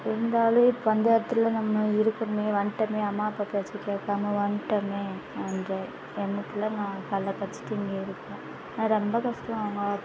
இருந்தாலும் இப்போ அந்த இடத்துல நம்ம இருக்கமே வந்துட்டமே அம்மா அப்பா பேச்சை கேட்காம வந்துட்டமே அந்த எண்ணத்தில் நான் பல்லை கடிச்சிகிட்டு இங்கேயே இருக்கிறேன் ஆனால் ரொம்ப கஷ்டம் அவங்க